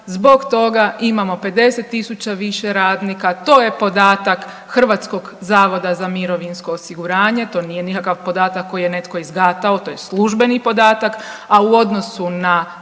zbog toga imamo 50 tisuća više radnika, to je podatak Hrvatskog zavoda za mirovinsko osiguranje. To nije nikakav podatak koji je netko izgatao. To je službeni podatak, a u odnosu na